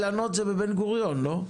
"אילנות", למשל, זה בבן-גוריון, לא?